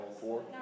Four